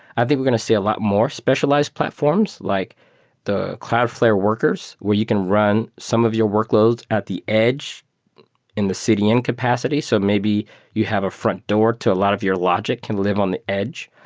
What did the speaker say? i think we're going to see a lot more specialized specialized platforms, like the cloudflare workers, where you can run some of your workloads at the edge in the cdn incapacity. so maybe you have a front door to a lot of your logic can live on the edge.